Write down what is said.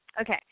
okay